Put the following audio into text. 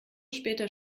später